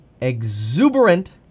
exuberant